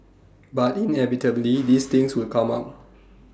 but inevitably these things will come up